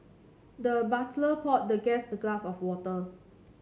the butler poured the guest a glass of water